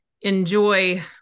enjoy